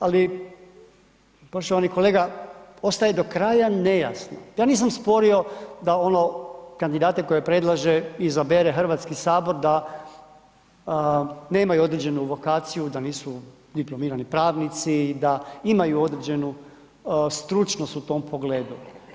Ali, poštovani kolega, ostaje do kraja nejasno, ja nisam sporio da ono, kandidate koje predlaže i izabere HS, da nemaju određenu evokaciju, da nisu diplomirani pravnici, da imaju određenu stručnost u tom pogledu.